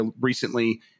recently